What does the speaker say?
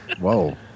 Whoa